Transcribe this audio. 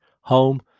home